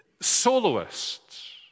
soloists